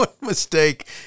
mistake